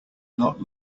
not